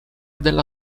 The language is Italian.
della